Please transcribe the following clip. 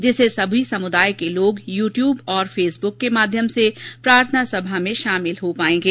जिसे सभी समुदाय के लोग यूट्यूब और फेसबुक के माध्यम से प्रार्थना सभा में शामिल हो पाएंगे